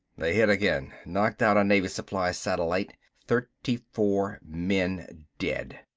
they hit again, knocked out a navy supply satellite, thirty-four men dead.